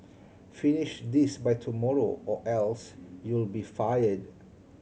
finish this by tomorrow or else you'll be fired